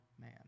man